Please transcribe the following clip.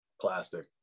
plastic